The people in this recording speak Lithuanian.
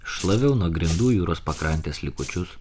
šlaviau nuo grindų jūros pakrantės likučius